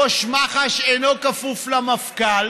ראש מח"ש אינו כפוף למפכ"ל.